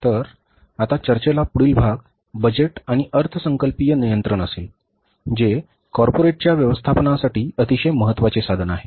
तर आता चर्चेचा पुढील भाग बजेट आणि अर्थसंकल्पीय नियंत्रण असेल जे कॉर्पोरेटच्या व्यवस्थापनासाठी अतिशय महत्वाचे साधन आहे